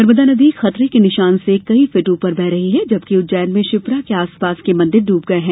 नर्मदा नदी खतरे के निशान से कई फीट ऊपर बह रही है जबकि उज्जैन में क्षिप्रा के आसपास के मंदिर डूब गये हैं